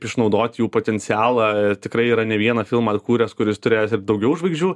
išnaudot jų potencialą tikrai yra ne vieną filmą kūręs kuris turėjo daugiau žvaigždžių